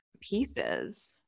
pieces